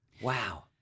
Wow